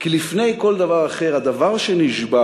כי לפני כל דבר אחר, הדבר שנשבר,